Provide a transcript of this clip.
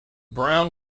brown